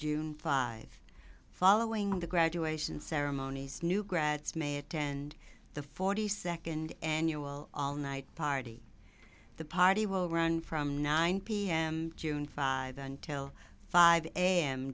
june five following the graduation ceremonies new grads may attend the forty second annual all night party the party will run from nine pm june five until five a